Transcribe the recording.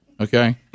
Okay